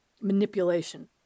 manipulation